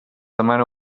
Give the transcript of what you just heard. demana